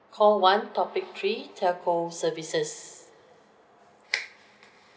call one topic three telco services